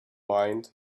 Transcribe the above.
mind